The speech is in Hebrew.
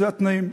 אלה התנאים.